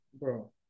Bro